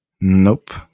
nope